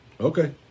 okay